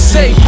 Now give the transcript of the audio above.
Say